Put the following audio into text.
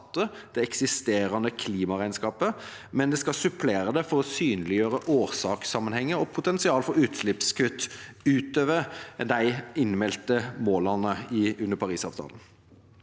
det eksisterende klimaregnskapet, men det skal supplere det for å synliggjøre årsakssammenhenger og potensial for utslippskutt utover de innmeldte målene i Parisavtalen.